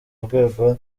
urwego